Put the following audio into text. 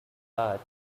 part